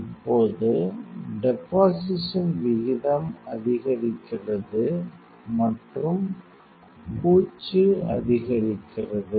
இப்போது டெபொசிஷன் விகிதம் அதிகரிக்கிறது மற்றும் பூச்சு அதிகரிக்கிறது